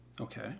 Okay